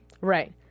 Right